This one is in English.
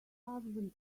husband